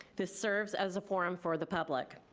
this serves as a forum for the public.